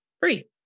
free